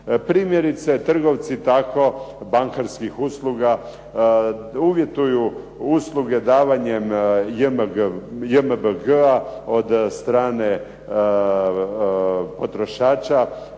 Primjerice, trgovci tako bankarskih usluga uvjetuju usluge davanjem JMBG-a od strane potrošača,